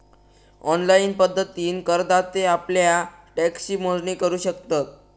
online पद्धतीन करदाते आप्ल्या टॅक्सची मोजणी करू शकतत